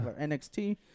NXT